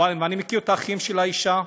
אני מכיר את האחים של האישה,